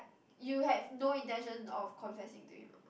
you have no intention of confessing to him uh